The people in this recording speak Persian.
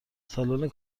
سالن